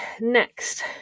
next